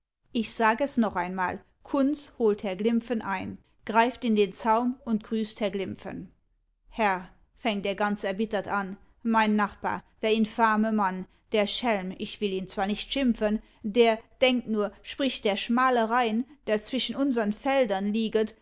ich sag es noch einmal kunz holt herr glimpfen ein greift in den zaum und grüßt herr glimpfen herr fängt er ganz erbittert an mein nachbar der infame mann der schelm ich will ihn zwar nicht schimpfen der denkt nur spricht der schmale rain der zwischen unsern feldern lieget